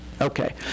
Okay